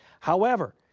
however,